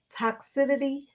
Toxicity